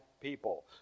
people